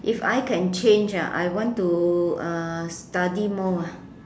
if I can change ah I want to uh study more ah